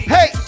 Hey